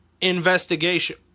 investigation